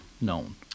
known